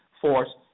force